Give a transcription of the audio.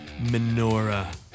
Menorah